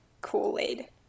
Kool-Aid